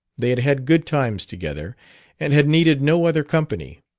they had had good times together and had needed no other company.